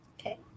Okay